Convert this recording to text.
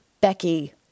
Becky